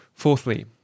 Fourthly